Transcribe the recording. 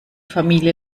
familie